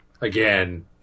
again